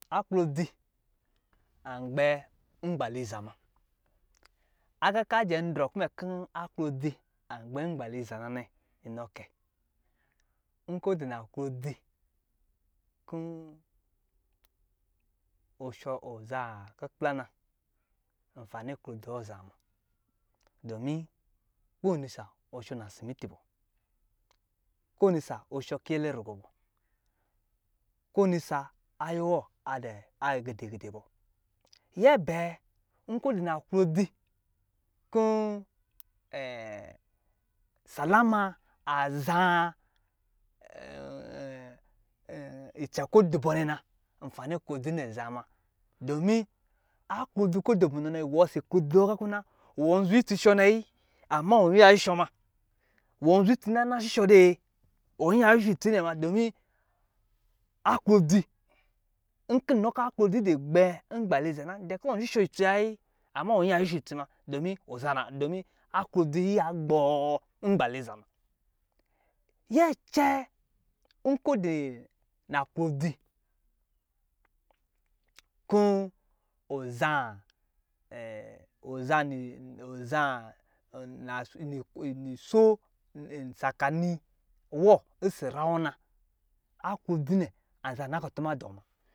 Aklodzi angbe nagba liza ma aqa kɔ anjɛ drɔ kɔ aklodzi angba ngbaliza nanɛ nkɔ ɔdu na klodzi kɔ ɔza ku kpla na nfani domi kowinsa wɔ sɔ lasibiti bɔ konin sa wɔ sɔ kiyɛlɛ ruyɔbɔ konisa ayɛwɔ adɔ godi gidi bɔ, nyɛ bɛ nkɔ aduna klodzi kɔ salama aza icɛ kɔ dubɔ nɛ ma nfani aklodzi azama domi aklodzi kɔ do munɔ nɛ wɔ ɔsɔ aklodzi wɔ qakina wɔ zwe itsi shɔ nɛ ayi ama wɔ yiya shɔ munɔ gige ma win zwe itsi na ama shushɔ de wɔ yiya shushw muna me nkɔ de kɔ aklodge dugbe nmaliza na de za kuwɔ na shushɔ itsi wa yi wɔ shushɔ isi ma domi aklodge za yiya gbɔ nmaliza ma, nyɛ cɛɛ nkɔ wɔ du na klodzi kɔ wɔ za niso sakani wɔ ɔsɔ rawɔ na aklodzi nɛ anza nakutuma dɔɔ ma